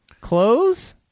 Clothes